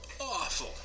awful